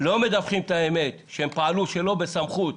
לא מדווחים את האמת, שהם פעלו שלא בסמכות,